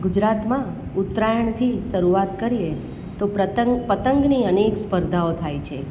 ગુજરાતમાં ઉત્તરાયણથી શરૂઆત કરીએ તો પતંગની અનેક સ્પર્ધાઓ થાય છે